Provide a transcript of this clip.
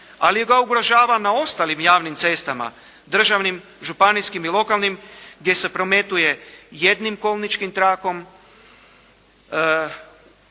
ali ga ugrožava na ostalim javnim cestama državnim, županijskim i lokalnim gdje se prometuje jednim kolničkim trakom